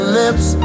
lips